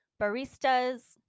baristas